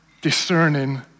discerning